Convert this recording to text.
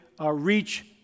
Reach